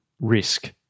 risk